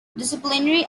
disciplinary